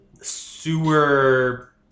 sewer